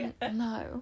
No